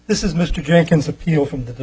this is mr jenkins appeal from the